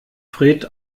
fred